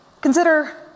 Consider